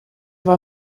war